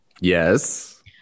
yes